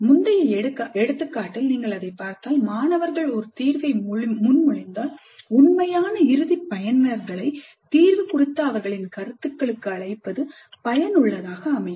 முந்தைய எடுத்துக்காட்டில் நீங்கள் அதைப் பார்த்தால் மாணவர்கள் ஒரு தீர்வை முன்மொழிந்தால் உண்மையான இறுதி பயனர்களை தீர்வு குறித்த அவர்களின் கருத்துகளுக்கு அழைப்பது பயனுள்ளதாக அமையும்